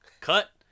Cut